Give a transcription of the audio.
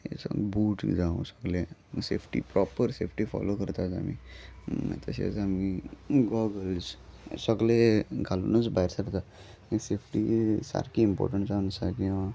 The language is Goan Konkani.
हे सगळे बूट बी जांव सगळें सेफ्टी प्रोपर सेफ्टी फोलो करताताच आमी मागीर तशेंच आमी गॉगल्स सगळे घालुनूच भायर सरता सेफ्टी सारकी इम्पोर्टंट जावन आसा कित्याक